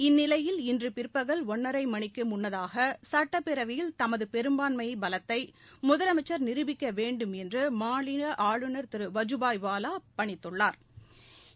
இந்நிலையில் இன்றபிற்பகல் ஒன்றரைமணிக்குமுன்னதாகசட்டப்பேரவையில் தமதுபெரும்பான்மைபலத்தைமுதலமைச்சா் நிரூபிக்கவேண்டுமென்றுமாநிலஆளுநர் திருவாஜபாய் வாவா பணித்துள்ளா்